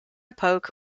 poke